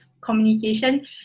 communication